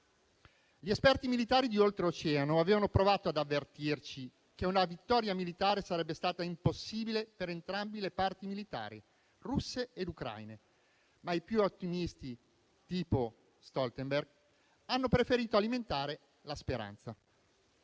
Gli esperti militari di oltreoceano avevano provato ad avvertirci che una vittoria militare sarebbe stata impossibile per entrambe le parti militari, russe ed ucraine, ma i più ottimisti, tipo Stoltenberg, hanno preferito alimentare la speranza.